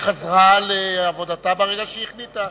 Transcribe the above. היא חזרה לעבודתה ברגע שהיא החליטה